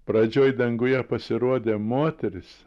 pradžioj danguje pasirodė moteris